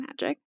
magic